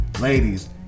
Ladies